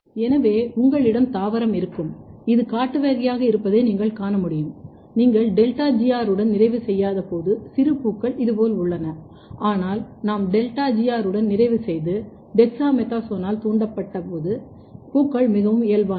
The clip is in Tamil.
எனவே உங்களிடம் தாவரம் இருக்கும் இது காட்டு வகையாக இருப்பதை நீங்கள் காண முடியும் நீங்கள் டெல்டா GR உடன் நிறைவு செய்யாதபோது சிறுபூக்கள் இது போல் உள்ளன ஆனால் நாம் டெல்டா GR உடன் நிறைவு செய்து டெக்ஸாமெதாசோனால் தூண்டப்பட்டப் பிறகு பூக்கள் மிகவும் இயல்பானவை